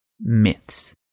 myths